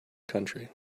country